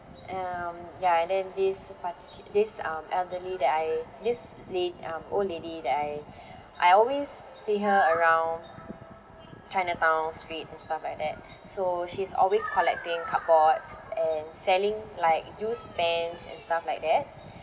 um ya and then this particu~ this um elderly that I this la~ um old lady that I I always see her around chinatown street and stuff like that so she's always collecting cardboards and selling like used pants and stuff like that